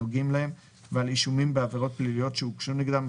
הנוגעים להם ועל אישומים בעבירות פליליות שהוגשו נגדם,